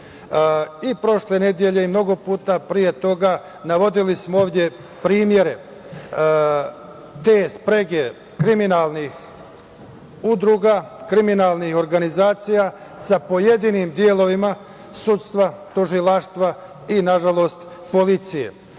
I prošle nedelje i mnogo puta pre toga navodili smo ovde primere te sprege kriminalnih udruga, kriminalnih organizacija sa pojedinim delovima sudstva, tužilaštva i, nažalost, policije. Govorili